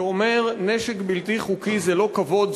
שאומר: נשק בלתי חוקי זה לא כבוד,